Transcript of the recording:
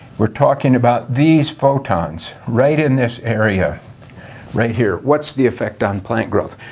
we're talking about these photons right in this area right here, what's the effect on plant growth?